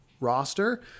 Roster